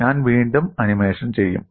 ഞാൻ വീണ്ടും ആനിമേഷൻ ചെയ്യും